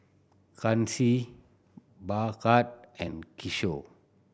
Kanshi Bhagat and Kishore